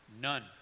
None